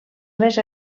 més